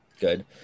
good